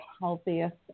healthiest